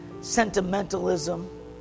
sentimentalism